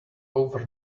over